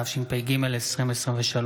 התשפ"ג 2023,